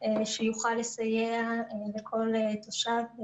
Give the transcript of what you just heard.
שיוכל לסייע לכל תושב.